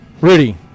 Rudy